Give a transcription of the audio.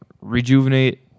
rejuvenate